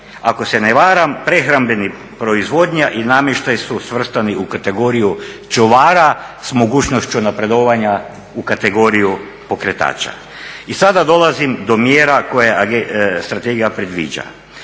Ako se ne varam, prehrambeni proizvodnja i namještaj su svrstani u kategoriju čuvara s mogućnošću napredovanja u kategoriju pokretača. I sada dolazim do mjera koje strategija predviđa.